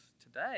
today